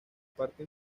parte